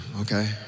okay